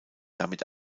damit